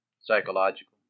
psychological